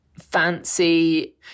Fancy